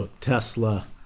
Tesla